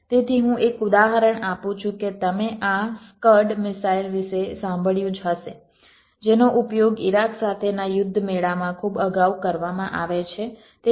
તેથી હું એક ઉદાહરણ આપું છું કે તમે આ સ્કડ મિસાઇલ વિશે સાંભળ્યું જ હશે જેનો ઉપયોગ ઇરાક સાથેના યુદ્ધ મેળામાં ખૂબ અગાઉ કરવામાં આવે છે Refer Time 1647